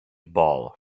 bol